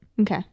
okay